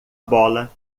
bola